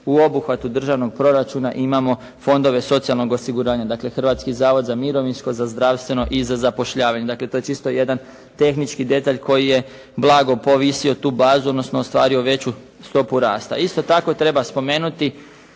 u obuhvatu državnog proračuna imamo fondove socijalnog osiguranja. Dakle Hrvatski zavod za mirovinsko, za zdravstveno i za zapošljavanje. Dakle to je čisto jedan tehnički detalj koji je blago povisio tu bazu odnosno ostvario veću stopu rasta. Isto tako treba spomenuti